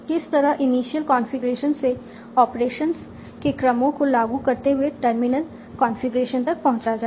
किस तरह initial configuration से ऑपरेशंस के क्रमो को लागू करते हुए टर्मिनल कॉन्फ़िगरेशन तक पहुंचा जाए